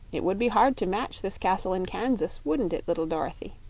it would be hard to match this castle in kansas wouldn't it, little dorothy?